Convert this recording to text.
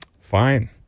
Fine